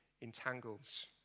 entangles